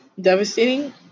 devastating